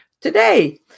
today